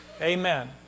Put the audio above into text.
amen